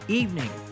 evening